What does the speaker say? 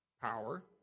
power